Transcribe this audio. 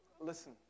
listen